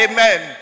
Amen